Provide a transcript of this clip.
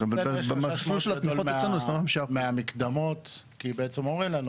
אצלנו יש חשש מאוד גדול מהמקדמות כי בעצם אומרים לנו,